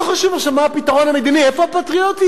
לא חשוב עכשיו מה הפתרון המדיני, איפה הפטריוטיות?